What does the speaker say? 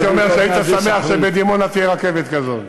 אני אומר שהיית שמח שבדימונה תהיה רכבת כזאת.